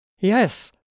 Yes